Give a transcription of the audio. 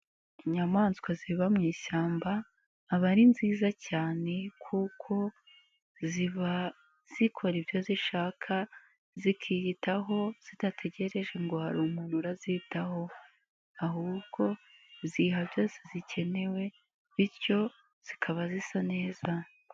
Inyamaswa ziba mu ishyamba aba ari nziza cyane kuko ziba zikora ibyo zishaka zikiyitaho zidategereje ngo hari umuntu urazitaho, ahubwo ziha byose zikenewe bityo zikaba zisa neza.